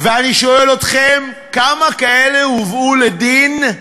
ואני שואל אתכם, כמה כאלה הובאו לדין?